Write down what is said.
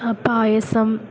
പായസം